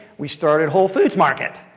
we started whole foods market.